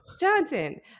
Johnson